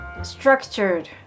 structured